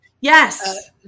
Yes